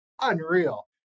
unreal